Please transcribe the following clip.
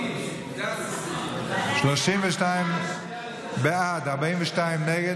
32 בעד, 42 נגד.